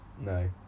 No